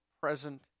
present